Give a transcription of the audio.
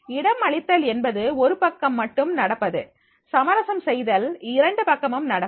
இடம் அளித்தல் என்பது ஒரு பக்கம் மட்டும் நடப்பது சமரசம் செய்தல் இரண்டு பக்கமும் நடக்கும்